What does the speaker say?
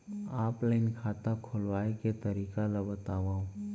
Offline खाता खोलवाय के तरीका ल बतावव?